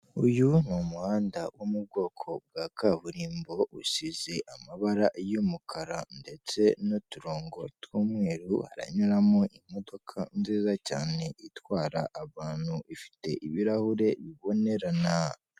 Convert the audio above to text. Uyu ni umuhanda wo mu bwoko bwa kaburimbo, usize amabara y'umukara ndetse n'uturongo tw'umweru. Haranyuramo imodoka nziza cyane itwara abantu ifite ibirahuri bibonerana.